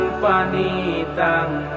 panitang